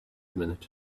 minute